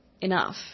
Enough